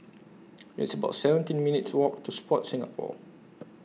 It's about seventeen minutes' Walk to Sport Singapore